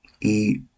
eat